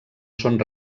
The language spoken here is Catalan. són